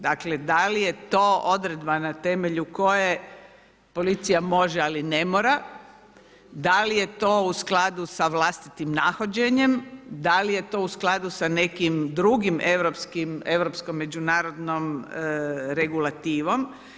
Dakle da li je to odredba na temelju koje policija može ali i ne mora, da li je to u skladu sa vlastitim nahođenjem, da li je to u skladu sa nekim drugom europskom međunarodnom regulativom?